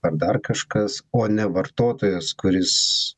ar dar kažkas o ne vartotojas kuris